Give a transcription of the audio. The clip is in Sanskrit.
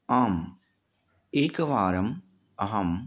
आम् एकवारम् अहं